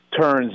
turns